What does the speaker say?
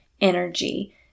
energy